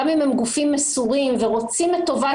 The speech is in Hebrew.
גם אם הם גופים מסורים ורוצים את טובת